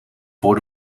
voor